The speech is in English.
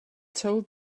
told